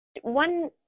One